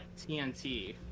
TNT